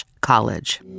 college